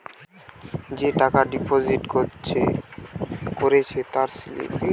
যে টাকা ডিপোজিট করেছে তার স্লিপ